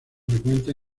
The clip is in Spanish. frecuentes